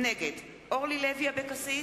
נגד אורלי לוי אבקסיס,